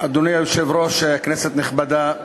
אדוני היושב-ראש, כנסת נכבדה,